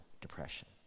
depression